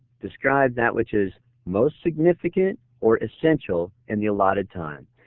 describe that which is most significant or essential in the allotted time.